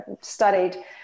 studied